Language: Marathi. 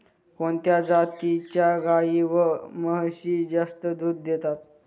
कोणत्या जातीच्या गाई व म्हशी जास्त दूध देतात?